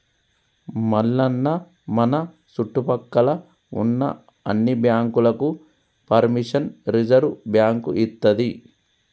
మల్లన్న మన సుట్టుపక్కల ఉన్న అన్ని బాంకులకు పెర్మిషన్ రిజర్వ్ బాంకు ఇత్తది